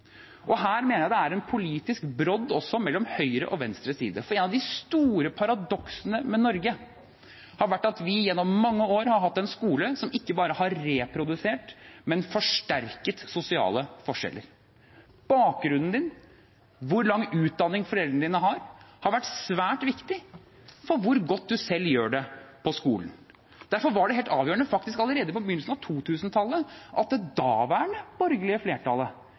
og her mener jeg det er en politisk brodd mellom høyre og venstre side. Et av de store paradoksene med Norge har vært at vi gjennom mange år har hatt en skole som ikke bare har reprodusert, men også forsterket sosiale forskjeller. Bakgrunn og hvor lang utdanning ens foreldre har, har vært svært viktig for hvor godt en selv gjør det på skolen. Derfor var det helt avgjørende at det daværende borgerlige flertallet faktisk allerede på begynnelsen av